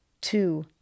two